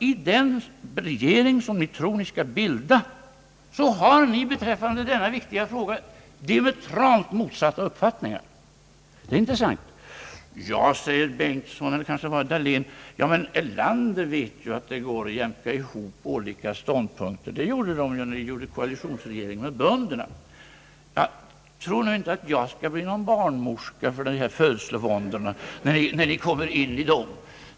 I den regering som ni tror att ni skall bilda har ni följaktligen beträffande denna viktiga fråga diametralt motsatta uppfattningar, vilket är intressant. Men, sade herr Bengtson — eller herr Dahlén — herr Erlander vet att det går att jämka ihop olika ståndpunkter. Så skedde ju när det gällde socialdemokraternas koalitionsregering med bönderna. Tro nu inte att jag skall bli någon barnmorska för dessa födslovåndor.